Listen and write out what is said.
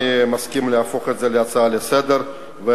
אני מסכים להפוך את זה להצעה לסדר-היום,